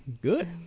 Good